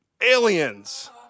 aliens